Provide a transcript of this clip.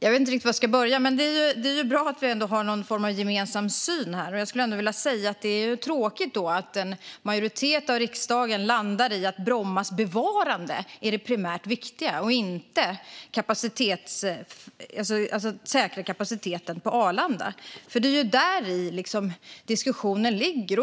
Jag vet inte riktigt var jag ska börja, men det är bra att vi ändå har någon form av gemensam syn. Då är det tråkigt att en majoritet av riksdagen landar i att Brommas bevarande är det primärt viktiga och inte att säkra kapaciteten på Arlanda. Det är ju där diskussionen ligger.